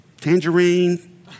tangerine